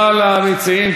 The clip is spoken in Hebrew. גם להוסיף אותי.